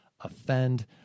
offend